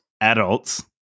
adults